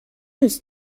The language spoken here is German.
ist